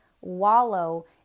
wallow